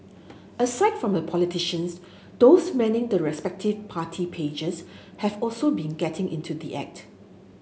aside from the politicians those manning the respective party pages have also been getting into the act